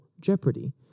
jeopardy